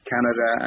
Canada